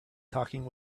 talking